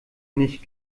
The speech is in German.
nicht